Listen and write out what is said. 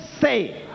say